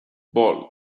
bol